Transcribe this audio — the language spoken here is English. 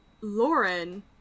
Lauren